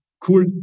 cool